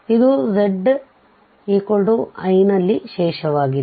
ಇದು z i ನಲ್ಲಿ ಶೇಷವಾಗಿದೆ